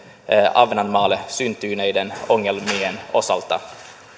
ahvenanmaalle syntyneiden ongelmien osalta